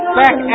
back